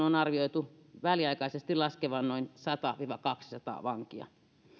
on arvioitu väliaikaisesti laskevan noin sata viiva kaksisataa vankia